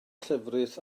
llefrith